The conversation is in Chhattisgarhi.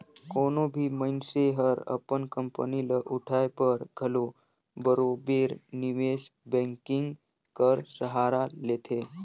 कोनो भी मइनसे हर अपन कंपनी ल उठाए बर घलो बरोबेर निवेस बैंकिंग कर सहारा लेथे